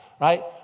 right